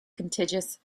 contiguous